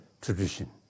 tradition